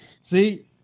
See